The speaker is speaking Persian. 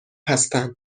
هستند